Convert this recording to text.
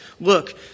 look